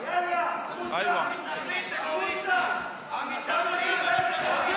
יאללה החוצה, מתנחלים, טרוריסטים, בוגד.